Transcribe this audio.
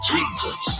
Jesus